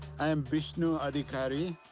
i am bishnu adhikari.